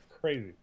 Crazy